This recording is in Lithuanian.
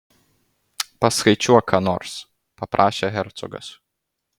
paskaičiuok ką nors paprašė hercogas